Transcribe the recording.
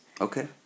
Okay